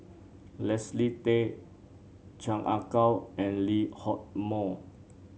Leslie Tay Chan Ah Kow and Lee Hock Moh